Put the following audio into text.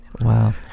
wow